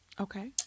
Okay